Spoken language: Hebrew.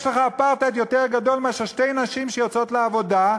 יש לך אפרטהייד יותר גדול מאשר שתי נשים שיוצאות לעבודה,